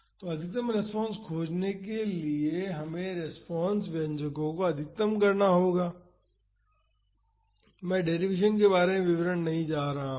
तो अधिकतम रेस्पॉन्स खोजने के लिए हमें रेस्पॉन्स व्यंजको को अधिकतम करना होगा मैं डैरीवेसन के विवरण में नहीं जा रहा हूं